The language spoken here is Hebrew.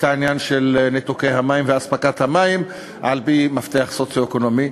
העניין של ניתוקי האזרחים מאספקת המים על-פי מפתח סוציו-אקונומי.